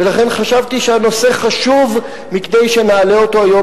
ולכן חשבתי שהנושא חשוב מכדי שנעלה אותו היום